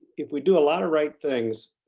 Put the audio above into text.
if we do a lot of right things,